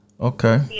Okay